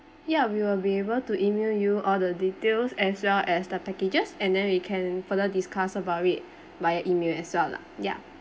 ya we will be able to E-mail you all the details as well as the packages and then we can further discuss about it via E-mail as well lah ya